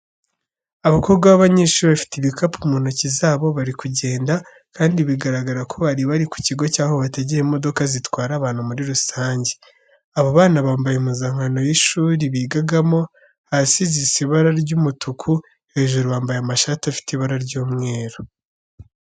Abakobwa b'abanyeshuri bafite ibikapu mu ntoki zabo bari kugenda kandi bigaragara ko bari bari ku kigo cy'aho bategera imodoka zitwara abantu muri rusange. Abo bana bambaye impuzankano y'ishuri bigagamo, hasi zisa ibara ry'umutuku, hejuru bambaye amashati afite ibara ry'umweru.